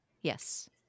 Yes